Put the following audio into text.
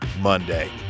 Monday